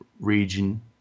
region